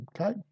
okay